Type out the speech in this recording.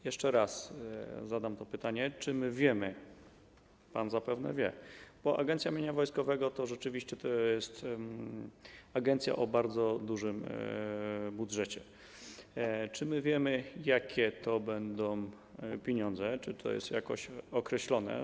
Jeszcze raz zadam to pytanie: Czy my wiemy - pan zapewne wie, bo Agencja Mienia Wojskowego to rzeczywiście jest agencja o bardzo dużym budżecie - jakie to będą pieniądze, czy to jest jakoś określone?